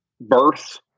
birth